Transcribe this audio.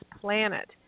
planet